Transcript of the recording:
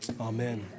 Amen